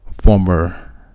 former